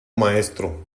maestro